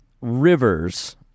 rivers